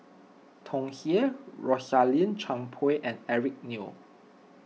Tsung Yeh Rosaline Chan Pang and Eric Neo